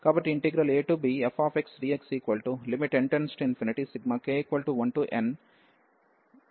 కాబట్టి integral abfxdxn→∞k1nfckΔxk